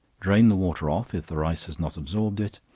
drain the water off, if the rice has not absorbed it,